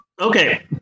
Okay